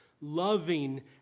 loving